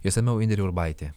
išsamiau indrė urbaitė